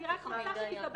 אני רק רוצה שתיקבע